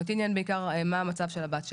אותי עניין בעיקר מה המצב של הבת שלי.